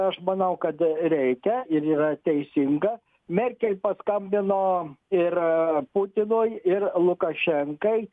aš manau kad reikia ir yra teisinga merkel paskambino ir putinui ir lukašenkai